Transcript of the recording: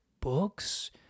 books